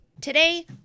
Today